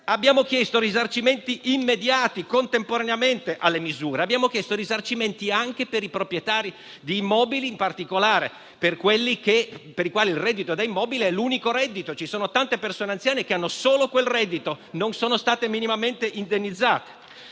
Abbiamo chiesto risarcimenti immediati, contemporaneamente alle misure. Abbiamo chiesto risarcimenti anche per i proprietari di immobili, in particolare per coloro i quali quello da immobile è l'unico reddito. Ci sono tante persone anziane che hanno solo quel reddito e non sono state minimamente indennizzate.